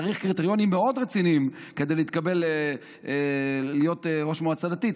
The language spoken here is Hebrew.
צריך קריטריונים מאוד רציניים כדי להתקבל להיות ראש מועצה דתית.